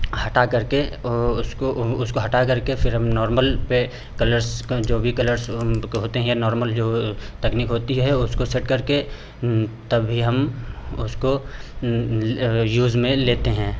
हटाकर के ओह उसको उह उसको हटाकर के फिर हम नॉर्मल पर कलर्स का जो भी कलर्स के होते हैं या नॉर्मल जो वह तकनीक होती है उसको सेट करके तभी हम उसको यूज़ में लेते हैं